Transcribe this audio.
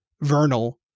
Vernal